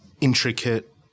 intricate